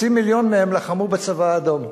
חצי מיליון מהם לחמו בצבא האדום.